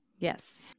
Yes